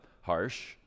harsh